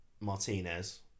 Martinez